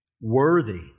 worthy